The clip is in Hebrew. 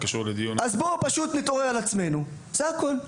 בואו פשוט נתעורר על עצמנו, זה הכול.